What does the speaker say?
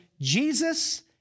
Jesus